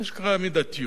אשכרה מידתיות.